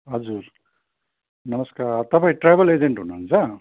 हजुर नमस्कार तपाईँ ट्राभल एजेन्ट हुनुहुन्छ